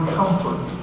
comfort